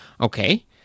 Okay